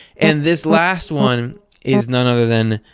and this last one is none other than.